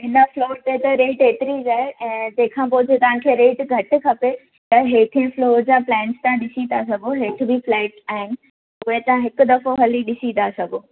हिन फ्लोर ते त रेंट एतिरी ज आहे ऐं तंहिंखां पोइ जे रेट तव्हां खे घटि खपे त हेठे फ्लोर जा प्लैन्स तव्हां ॾिसी था सघो हेठि बि फ्लेट्स आहिनि उहे तव्हां हिकु दफ़ो हली ॾिसी था सघो